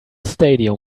stadium